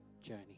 journey